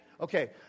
Okay